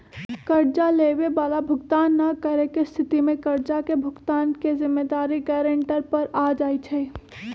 कर्जा लेबए बला भुगतान न करेके स्थिति में कर्जा के भुगतान के जिम्मेदारी गरांटर पर आ जाइ छइ